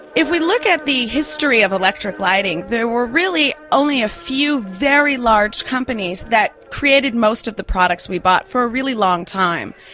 if we look at the history of electric lighting, they were really only a few very large companies that created most of the products we bought for a really long time.